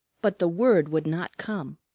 but the word would not come.